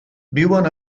viuen